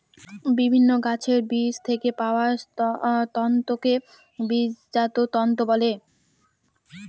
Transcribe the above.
বিভিন্ন গাছের বীজ থেকে পাওয়া তন্তুকে বীজজাত তন্তু বলে